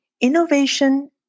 Innovation